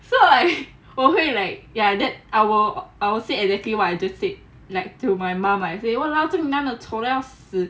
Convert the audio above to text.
so like 我会 like ya that our I would say exactly what I just said like to my mum I say !walao! 这个男的丑到要死